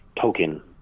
token